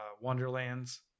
Wonderlands